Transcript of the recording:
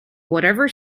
whatever